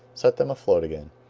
set them afloat again.